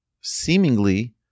Seemingly